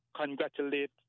congratulate